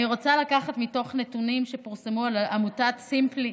אני רוצה לקחת מתוך נתונים שפרסמה עמותת simply you,